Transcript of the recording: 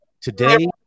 Today